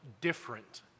different